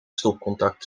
stopcontact